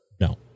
No